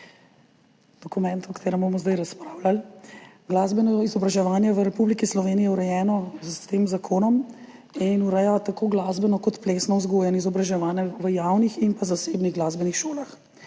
dokument, o katerem bomo zdaj razpravljali. Glasbeno izobraževanje v Republiki Sloveniji je urejeno s tem zakonom in ureja tako glasbeno kot plesno vzgojo in izobraževanje v javnih in zasebnih glasbenih šolah.